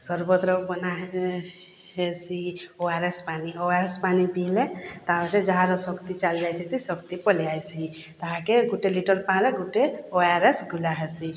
ସରବତର ବନା ହେକେ ହେସି ଓ ଆର ଏସ୍ ପାନି ଓ ଆର ଏସ୍ ପାନି ପିଇଲେ ତାହାର ଯାହାର ଶକ୍ତି ଚାଲିଯାଇଥିସି ଶକ୍ତି ପଲେଇ ଆଇସି ତାହେକେ ଗୋଟେ ଲିଟର୍ ପାଣିରେ ଗୁଟେ ଓ ଆର ଏସ୍ ଗୁଳାହେସି